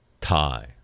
tie